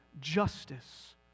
justice